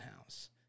house